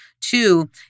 Two